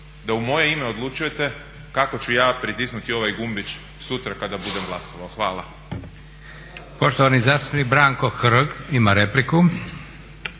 da u moje ime odlučujete kako ću ja pritisnuti ovaj gumbić sutra kada budem glasovao. Hvala.